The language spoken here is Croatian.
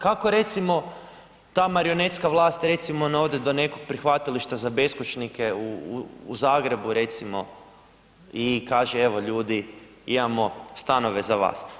Kako recimo ta marionetska vlast recimo ne ode do nekog prihvatilišta za beskućnike u Zagrebu recimo i kaže evo ljudi imamo stanove za vas.